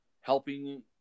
helping